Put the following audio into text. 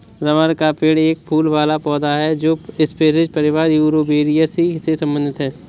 rubber का पेड़ एक फूल वाला पौधा है जो स्परेज परिवार यूफोरबियासी से संबंधित है